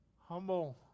Humble